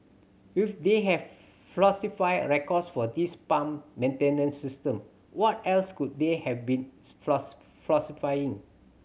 if they have falsified records for this pump maintenance system what else could they have been falsifying